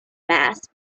mass